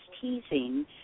teasing